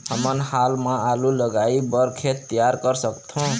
हमन हाल मा आलू लगाइ बर खेत तियार कर सकथों?